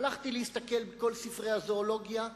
הלכתי להסתכל בכל ספרי הזואולוגיה,